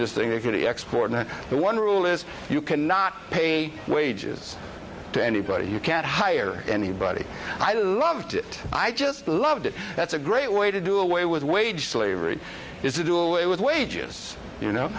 this thing they're going to export and the one rule is you cannot pay wages to anybody you can't hire anybody i loved it i just loved it that's a great way to do away with wage slavery is to do away with wages you